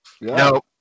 No